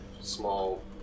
small